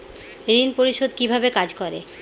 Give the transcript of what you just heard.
ঋণ পরিশোধ কিভাবে কাজ করে?